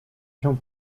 cię